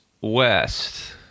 West